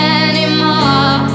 anymore